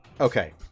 okay